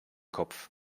kopf